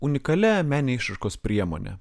unikalia menine išraiškos priemone